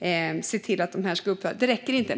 lagstiftning ska se till att de här äktenskapen ska upphöra.